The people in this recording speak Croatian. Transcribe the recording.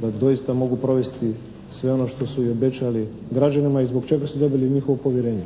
da doista mogu provesti sve ono što su i obećali građanima i zbog čega su dobili njihovo povjerenje.